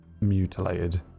mutilated